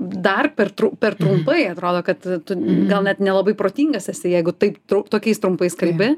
dar per tru per trumpai atrodo kad tu gal net nelabai protingas esi jeigu taip tru tokiais trumpais kalbi